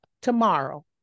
tomorrow